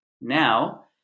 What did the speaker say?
now